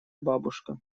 бабушка